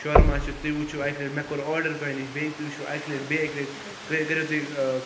شورما چھِ تُہۍ وچھو اکہ لٹہ مے کوٚر آڈر تۄہہ نش بیہ توہ وچھواکہ لٹہ بیٚیہ اکہ لٹہ کرو تُہۍ